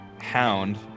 hound